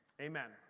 amen